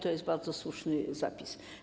To jest bardzo słuszny zapis.